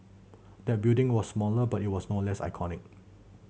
that building was smaller but it was no less iconic